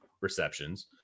receptions